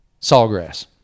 Sawgrass